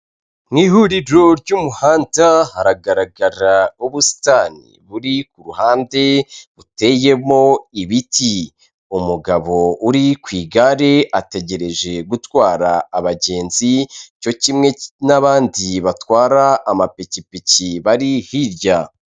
Mu ihuriro ry'umuhanda haragaragara ubusitani buri ku ruhande buteyemo ibiti, umugabo uri ku igare ategereje gutwara abagenzi cyo kimwe n'abandi batwara amapikipiki bari hirya.